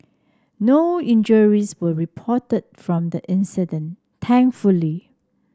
no injuries were reported from the incident thankfully